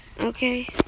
Okay